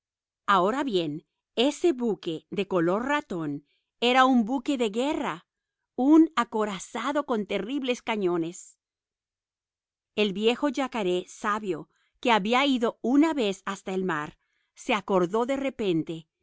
ahora bien ese buque de color ratón era un buque de guerra un acorazado con terribles cañones el viejo yacaré sabio que había ido una vez hasta el mar se acordó de repente